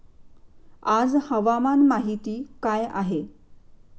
आज हवामान माहिती काय आहे?